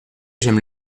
j’aime